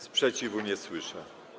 Sprzeciwu nie słyszę.